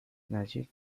نجیب